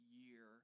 year